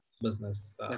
business